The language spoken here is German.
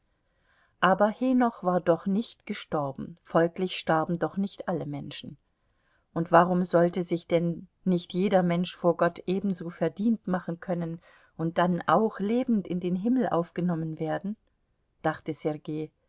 aber henoch war doch nicht gestorben folglich starben doch nicht alle menschen und warum sollte sich denn nicht jeder mensch vor gott ebenso verdient machen können und dann auch lebend in den himmel aufgenommen werden dachte